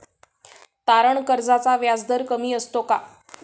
तारण कर्जाचा व्याजदर कमी असतो का?